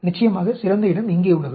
நிச்சயமாக சிறந்த இடம் இங்கேயுள்ளது